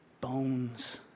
bones